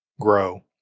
grow